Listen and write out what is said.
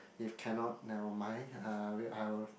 if cannot never mind uh I will